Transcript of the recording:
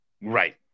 Right